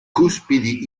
cuspidi